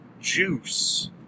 juice